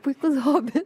puikus hobis